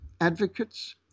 advocates